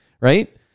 Right